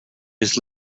his